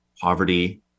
poverty